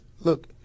look